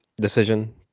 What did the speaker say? decision